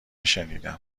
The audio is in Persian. شنیدم